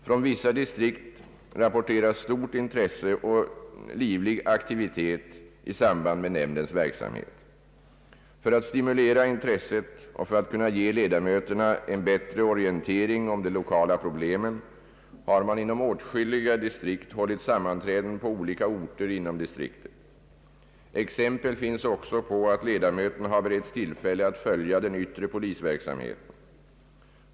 Från vissa distrikt rapporteras stort intresse och livlig aktivitet i samband med nämndens verksamhet. För att stimulera intresset och för att kunna ge ledamöterna en bättre orientering om de lokala problemen har man inom åtskilliga distrikt hållit sammanträden på olika orter inom distriktet. Exempel finns också på att ledamöterna har beretts tillfälle att följa den yttre polisverksamheten.